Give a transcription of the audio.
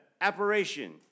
apparition